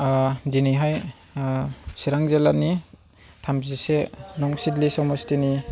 दिनैहाय चिरां जिल्लानि थामजिसे नं सिडली समष्टिनि